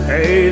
Hey